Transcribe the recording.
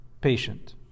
patient